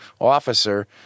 officer